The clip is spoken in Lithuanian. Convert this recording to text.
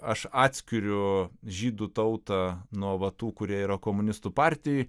aš atskiriu žydų tautą nuo va tų kurie yra komunistų partijoj